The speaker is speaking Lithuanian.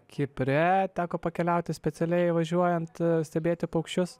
kipre teko pakeliauti specialiai važiuojant stebėti paukščius